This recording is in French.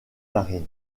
marine